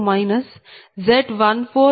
0 j0